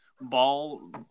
Ball